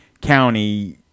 county